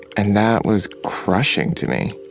and that was crushing to me